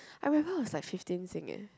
I remember was like fifteen Sing eh